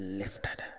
lifted